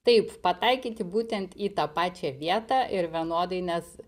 taip pataikyti būtent į tą pačią vietą ir vienodai nes